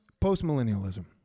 post-millennialism